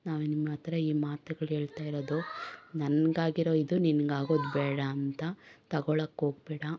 ನಾನು ನಿಮ್ಮ ಹತ್ರ ಈ ಮಾತುಗಳೇಳ್ತಾಯಿರೋದು ನನಗಾಗಿರೋ ಇದು ನಿನ್ಗಾಗೋದು ಬೇಡ ಅಂತ ತಗೊಳ್ಳೋಕೊಗ್ಬೇಡ